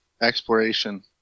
exploration